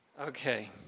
Okay